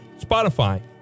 Spotify